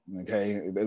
okay